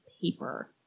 paper